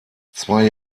zwei